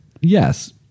Yes